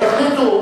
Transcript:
תחליטו.